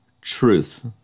truth